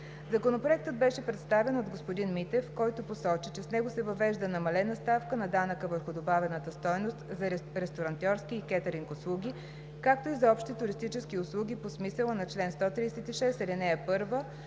Законопроектът беше представен от господин Митев, който посочи, че с него се въвежда намалена ставка на данъка върху добавената стойност за ресторантьорски и кетъринг услуги, както и за общи туристически услуги по смисъла на чл. 136, ал. 1